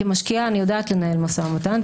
כמשקיעה אני יודעת לנהל משא ומתן,